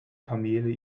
kamele